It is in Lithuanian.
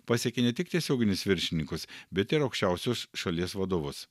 pasiekė ne tik tiesioginius viršininkus bet ir aukščiausius šalies vadovus